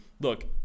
look